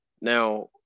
Now